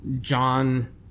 John